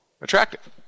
attractive